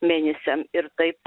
mėnesiam ir taip